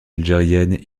algérienne